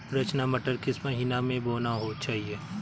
रचना मटर किस महीना में बोना चाहिए?